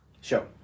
Show